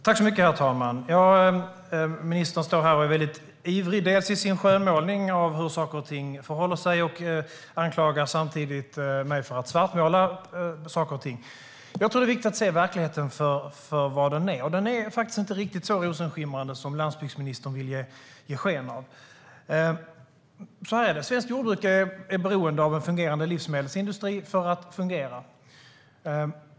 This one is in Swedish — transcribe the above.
Herr talman! Ministern är mycket ivrig här i sin skönmålning av hur saker och ting förhåller sig. Samtidigt anklagar han mig för att svartmåla saker och ting. Jag tror att det är viktigt att se verkligheten som den är, och den är faktiskt inte riktigt så rosenskimrande som landsbygdsministern vill ge sken av. Svenskt jordbruk är beroende av en fungerande livsmedelsindustri för att fungera.